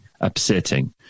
upsetting